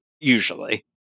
usually